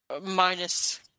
Minus